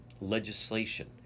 legislation